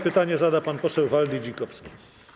Pytanie zada pan poseł Waldy Dzikowski.